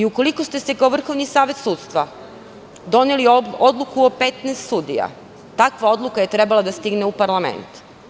Ukoliko ste kao Vrhovni savet sudstva doneli odluku o 15 sudija, takva odluka je trebala da stigne u parlament.